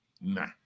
nah